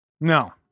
No